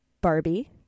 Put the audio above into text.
Barbie